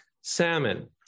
Salmon